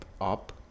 up